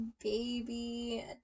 baby